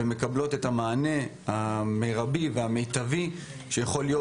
והיא מקבלת את המענה המרבי והמיטבי שיכול להיות,